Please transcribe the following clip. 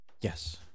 Yes